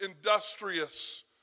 industrious